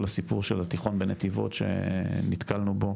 כל הסיפור של התיכון בנתיבות שנתקלנו בו.